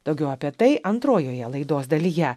daugiau apie tai antrojoje laidos dalyje